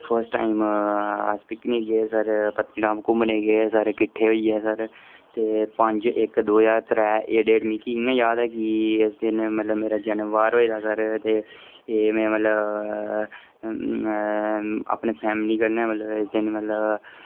first time picnic गे sir Patnitop घूमने गे सर किट्ठे होइयै सर ते पंज इक दो ज्हार त्रै एह् डेट मिकी इयां याद ऐ कि इस दिन मेरा जन्मबार होए दा सर ते एह् मैं मतलब अपनी फैमली कन्नै मतलब मैं इस दिन मतलब